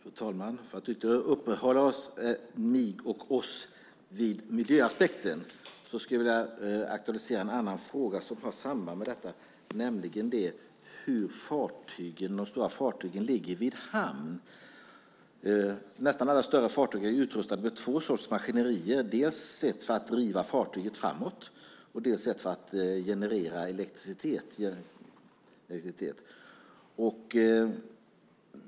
Fru talman! För att ytterligare uppehålla mig och oss vid miljöaspekten skulle jag vilja aktualisera en annan fråga som har samband med detta, nämligen hur de stora fartygen ligger i hamn. Nästan alla större fartyg är ju utrustade med två sorters maskineri, dels ett för att driva fartyget framåt, dels ett för att generera elektricitet.